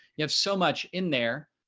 you have so much in there.